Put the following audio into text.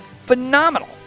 phenomenal